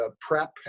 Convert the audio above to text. prep